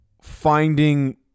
finding